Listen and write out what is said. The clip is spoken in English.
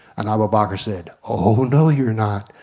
and abu bakr said oh no you're not.